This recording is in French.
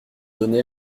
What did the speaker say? donné